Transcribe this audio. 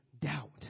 doubt